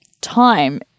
time